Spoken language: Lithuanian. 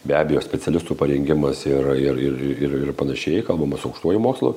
be abejo specialistų parengimas ir ir ir ir ir panašiai kalbam su aukštuoju mokslu